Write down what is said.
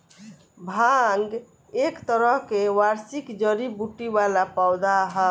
भांग एक तरह के वार्षिक जड़ी बूटी वाला पौधा ह